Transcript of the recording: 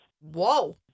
Whoa